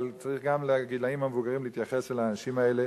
אבל צריך גם בגילים המבוגרים להתייחס לאנשים האלה